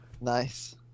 Nice